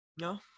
No